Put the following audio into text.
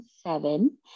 seven